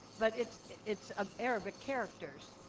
but it's it's um arabic characters.